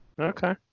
Okay